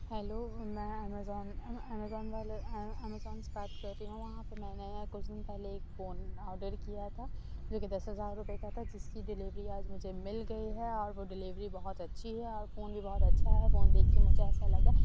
hello میں Amazon Amazon والے Amazon سے بات کر رہی ہوں وہاں پہ میں نے کچھ دِن پہلے ایک فون آڈر کیا تھا جوکہ دس ہزار روپئے کا تھا جس کی ڈیلیوری آج مجھے مل گئی ہے اور وہ ڈیلیوری بہت اچھی ہے اور فون بھی بہت اچھا ہے فون دیکھ کے مجھے ایسا لگا